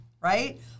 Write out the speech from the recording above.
right